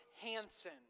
Hansen